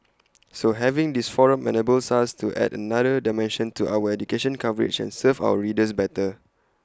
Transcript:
so having this forum enables us to add another dimension to our education coverage and serve our readers better